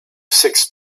sex